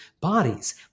bodies